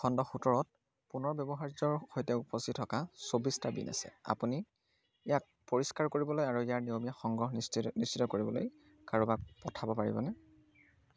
খণ্ড সোতৰত পুনৰ ব্য়ৱহাৰ্য্যৰ সৈতে উপচি থকা চৌবিছটা বিন আছে আপুনি ইয়াক পৰিষ্কাৰ কৰিবলৈ আৰু ইয়াৰ নিয়মীয়া সংগ্ৰহ নিচি নিশ্চিত কৰিবলৈ কাৰোবাক পঠাব পাৰিবনে